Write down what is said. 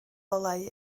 olau